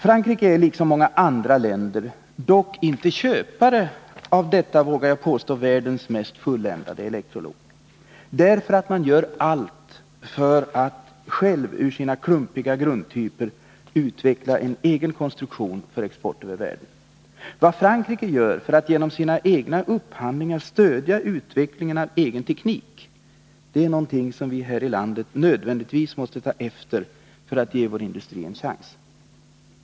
Frankrike är — liksom många andra länder — dock inte köpare av detta, vågar jag påstå, världens mest fulländade elektrolok. Anledningen är att man gör allt för att ur sina klumpiga grundtyper själv utveckla en egen konstruktion för export över världen. Vad Frankrike gör för att genom sina egna upphandlingar stödja utvecklingen av egen teknik är något som vi här i landet nödvändigtvis måste ta efter för att ge vår industri en chans.